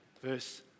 verse